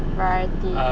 variety